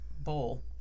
bowl